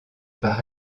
par